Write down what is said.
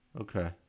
okay